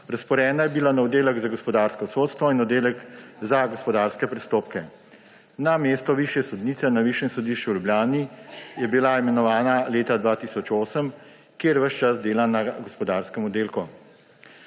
Razporejena je bila na oddelek za gospodarsko sodstvo in oddelek za gospodarske prestopke. Na mesto višje sodnice na Višjem sodišču v Ljubljani je bila imenovana leta 2008, kjer ves čas dela na gospodarskem oddelku.